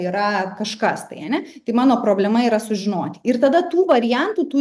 yra kažkas tai ane tai mano problema yra sužinoti ir tada tų variantų tų